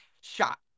shot